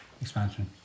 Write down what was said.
expansion